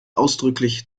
ausdrücklich